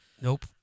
Nope